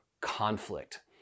conflict